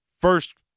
first